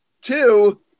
two